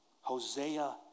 Hosea